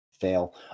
Fail